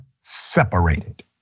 separated